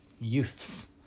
Youths